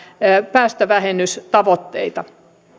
päästövähennystavoitteita